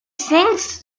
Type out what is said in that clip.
things